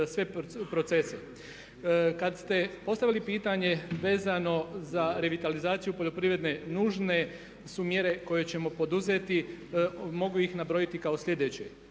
Kad ste postavili pitanje vezano za revitalizaciju poljoprivrede, nužne su mjere koje ćemo poduzeti. Mogu ih nabrojiti kao sljedeće: